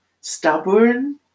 stubborn